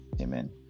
Amen